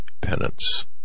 Penance